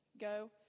Go